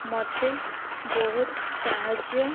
ମୋତେ ବହୁତ ସାହାଯ୍ୟ